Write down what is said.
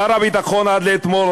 שר הביטחון עד אתמול,